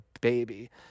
baby